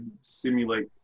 simulate